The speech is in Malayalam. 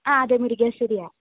ആ അതെ മുരിക്കാശ്ശേരിയാണ്